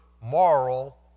moral